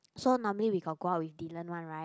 so normally we got go out with dinner one right